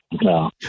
No